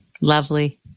Lovely